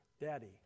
daddy